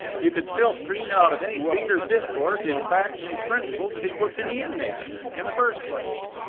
you could still screen out of any speaker's discourse discourse his facts and his principles if he puts any in there in the first place.